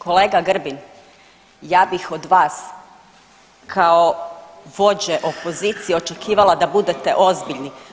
Kolega Grbin, ja bih od vas kao vođe opozicije očekivala da budete ozbiljni.